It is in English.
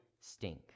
Stink